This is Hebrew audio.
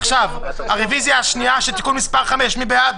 5. מי בעד?